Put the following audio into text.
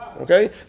okay